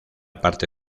parte